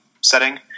setting